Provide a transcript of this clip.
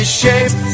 shape